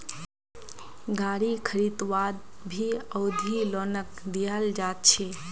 गारी खरीदवात भी अवधि लोनक दियाल जा छे